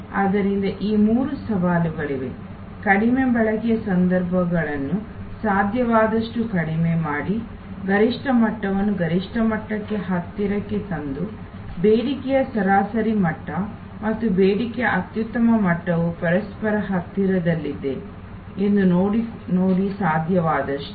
ಆದ್ದರಿಂದ ಈ ಮೂರು ಸವಾಲುಗಳಿವೆ ಕಡಿಮೆ ಬಳಕೆಯ ಸಂದರ್ಭಗಳನ್ನು ಸಾಧ್ಯವಾದಷ್ಟು ಕಡಿಮೆ ಮಾಡಿ ಗರಿಷ್ಠ ಮಟ್ಟವನ್ನು ಗರಿಷ್ಠ ಮಟ್ಟಕ್ಕೆ ಹತ್ತಿರಕ್ಕೆ ತಂದು ಬೇಡಿಕೆಯ ಸರಾಸರಿ ಮಟ್ಟ ಮತ್ತು ಬೇಡಿಕೆಯ ಅತ್ಯುತ್ತಮ ಮಟ್ಟವು ಪರಸ್ಪರ ಹತ್ತಿರದಲ್ಲಿದೆ ಎಂದು ನೋಡಿ ಸಾಧ್ಯವಾದಷ್ಟು